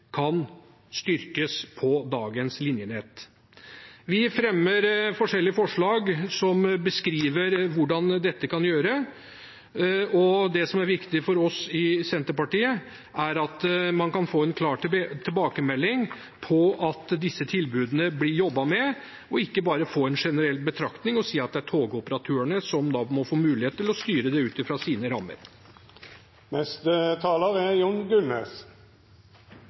kan styrkes på dagens linjenett. Vi fremmer forskjellige forslag som beskriver hvordan dette kan gjøres. Det som er viktig for oss i Senterpartiet, er at man kan få en klar tilbakemelding om at det blir jobbet med disse tilbudene, og ikke bare en generell betraktning om at det er togoperatørene som må få mulighet til å styre dette ut fra sine rammer. Det er